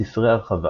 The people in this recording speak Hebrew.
ספרי הרחבה